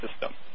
system